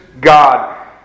God